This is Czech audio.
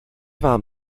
vám